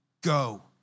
go